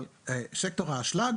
אבל בסקטור האשלג